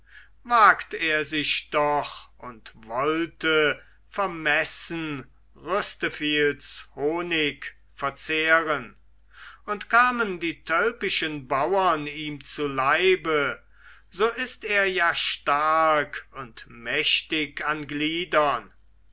wagt er sich doch und wollte vermessen rüsteviels honig verzehren und kamen die tölpischen bauern ihm zu leibe so ist er ja stark und mächtig an gliedern